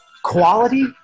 Quality